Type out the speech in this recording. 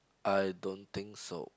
I don't think so